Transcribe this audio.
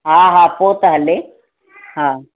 हा हा पोइ त हले हा